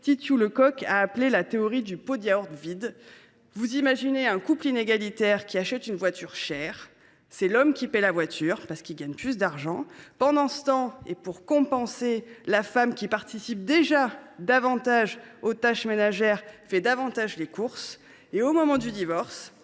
Titiou Lecoq a appelé la théorie du pot de yaourt vide. Imaginez un couple inégalitaire qui achète une voiture chère. C’est l’homme qui paie la voiture, car il gagne plus d’argent. Pendant ce temps, et pour compenser, la femme, qui participe déjà plus aux tâches ménagères, fait davantage les courses. Et au moment du divorce,